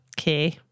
Okay